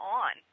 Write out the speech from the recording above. on